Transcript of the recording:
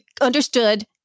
understood